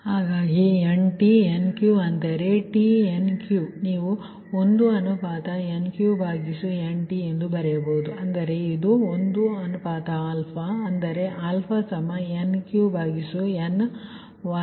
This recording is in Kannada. ಆದ್ದರಿಂದ Nt Nqಅಂದರೆ tNq ನೀವು 1NqNt ಎಂದು ಬರೆಯಬಹುದು ಅಂದರೆ ಅದು 1α ಅಂದರೆ αNqNt